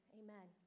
amen